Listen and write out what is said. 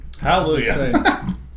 Hallelujah